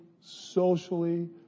socially